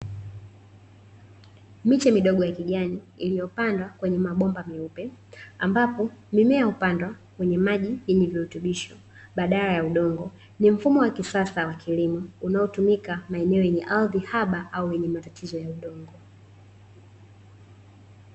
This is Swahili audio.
Miche midogo ya kijani iliyopandwa kwenye mabomba meupe, ambapo mimea hupandwa kwenye maji yenye virutubisho badala ya udongo ni mfumo wa kisasa wa kilimo unaotumika maeneo yenye ardhi haba au yenye matatizo ya udongo.